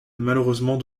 malheureusement